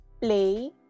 play